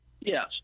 Yes